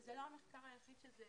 וזה לא המחקר היחיד שזה